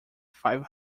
five